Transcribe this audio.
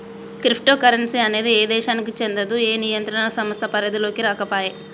crypto currency అనేది ఏ దేశానికీ చెందదు, ఏ నియంత్రణ సంస్థ పరిధిలోకీ రాకపాయే